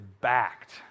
backed